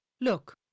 Look